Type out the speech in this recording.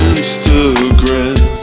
Instagram